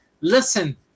Listen